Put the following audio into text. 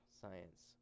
science